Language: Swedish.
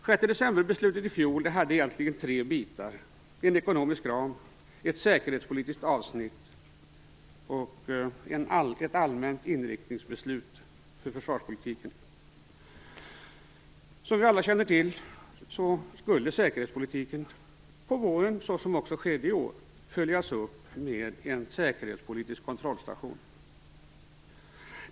Beslutet från den 6 december i fjol hade tre bitar, nämligen en ekonomisk ram, ett säkerhetspolitiskt avsnitt och ett allmänt inriktningsbeslut för försvarspolitiken. Som vi alla känner till, skulle säkerhetspolitiken på våren, såsom också skedde i år, följas upp med en säkerhetspolitisk kontrollstation.